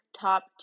top